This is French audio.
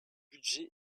budget